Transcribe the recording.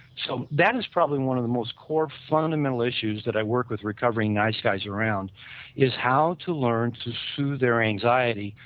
so, that is probably one of the most core fundamental issues that i work with recovering nice guys around is how to learn to sue their anxiety,